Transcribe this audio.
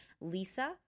Lisa